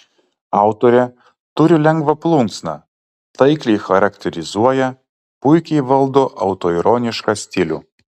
autorė turi lengvą plunksną taikliai charakterizuoja puikiai valdo autoironišką stilių